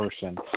person